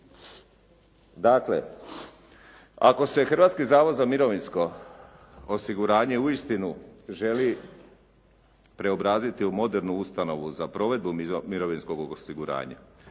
Dakle, ako se Hrvatski zavod za mirovinsko osiguranje uistinu želi preobraziti u modernu ustanovu za provedbu mirovinskog osiguranja,